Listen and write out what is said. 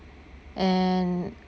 and